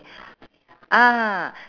ah